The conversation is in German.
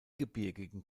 gebirgigen